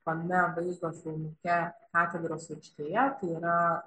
tame vaizdo filmuke katedros aikštėje tai yra